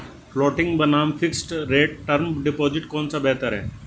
Floating बनाम fixed rate term deposit कौन सा बेहतर है?